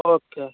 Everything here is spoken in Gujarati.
ઓકે